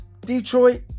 Detroit